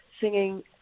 singing